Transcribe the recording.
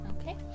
Okay